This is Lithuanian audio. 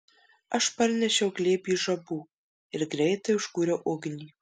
aš parnešiau glėbį žabų ir greitai užkūriau ugnį